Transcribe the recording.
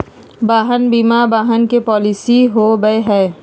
वाहन बीमा वाहन के पॉलिसी हो बैय हइ